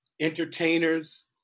entertainers